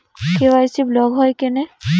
KYC block হয় কেনে?